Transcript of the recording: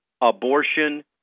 abortion